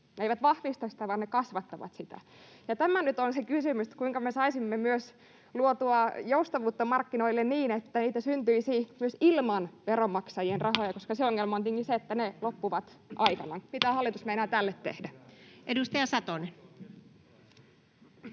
Ne eivät vahvista sitä vaan ne kasvattavat sitä, ja tämä nyt on se kysymys, kuinka me saisimme myös luotua joustavuutta markkinoille niin, että niitä syntyisi myös ilman veronmaksajien rahoja, koska se ongelma on tietenkin se, että ne loppuvat aikanaan. Mitä hallitus meinaa tälle tehdä? [Speech